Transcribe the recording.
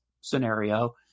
scenario